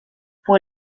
fue